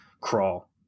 crawl